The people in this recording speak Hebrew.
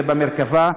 זה במרכב"ה.